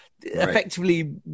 Effectively